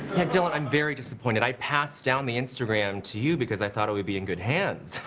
dillan, i'm very disappointed. i passed down the instagram to you, because i thought it would be in good hands.